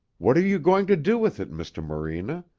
what are you going to do with it, mr. morena?